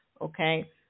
Okay